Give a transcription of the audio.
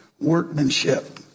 workmanship